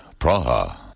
Praha